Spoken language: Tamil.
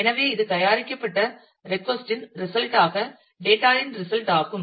எனவே இது தயாரிக்கப்பட்ட ரெட்கொஸ்ட் இன் ரிசல்ட் ஆக டேட்டா இன் ரிசல்ட் ஆகும்